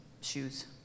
shoes